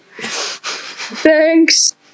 Thanks